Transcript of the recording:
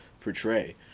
portray